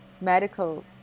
medical